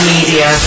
Media